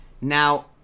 Now